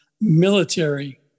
military